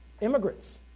Immigrants